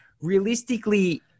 realistically